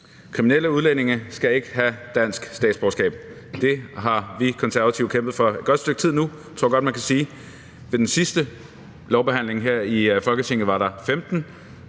Kriminelle udlændinge skal ikke have dansk statsborgerskab. Det har vi Konservative kæmpet for et godt stykke tid nu, tror jeg godt man kan sige. Ved den sidste lovbehandling her i Folketinget var der 15